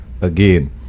Again